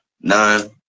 nine